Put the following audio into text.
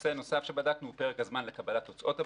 נושא נוסף שבדקנו הוא פרק הזמן לקבלת תוצאות הבדיקות.